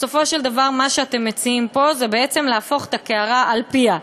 בסופו של דבר מה שאתם מציעים פה זה בעצם להפוך את הקערה על פיה.